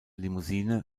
limousine